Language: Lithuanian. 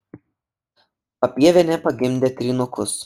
papievienė pagimdė trynukus